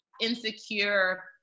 Insecure